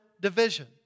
division